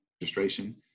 registration